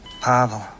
Pavel